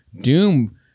Doom